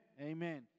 Amen